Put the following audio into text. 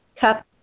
cup